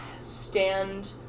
stand